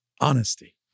honesty